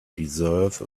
deserve